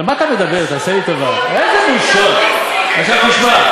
הם בסוף יגיעו לזה שעכשיו,